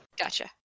Gotcha